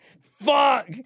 Fuck